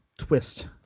twist